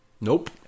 Nope